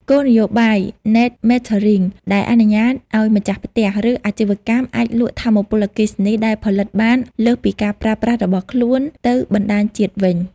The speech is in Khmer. គោលនយោបាយ ណេត ម៉េតថឺរីង "Net Metering" ដែលអនុញ្ញាតឱ្យម្ចាស់ផ្ទះ ឬអាជីវកម្មអាចលក់ថាមពលអគ្គិសនីដែលផលិតបានលើសពីការប្រើប្រាស់របស់ខ្លួនទៅបណ្តាញជាតិវិញ។